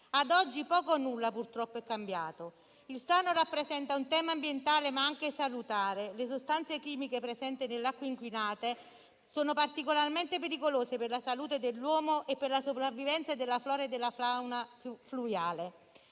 Ad oggi poco o nulla purtroppo è cambiato. Il Sarno rappresenta un tema ambientale, ma anche salutare: le sostanze chimiche presenti nelle acque inquinate sono particolarmente pericolose per la salute dell'uomo e per la sopravvivenza della flora e della fauna fluviale.